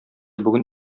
бүген